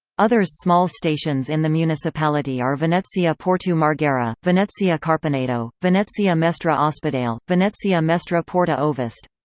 others small stations in the municipality are venezia porto marghera, venezia carpenedo, venezia mestre ah ospedale, venezia mestre porta ovest.